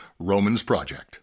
RomansProject